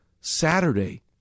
Saturday